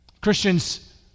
Christians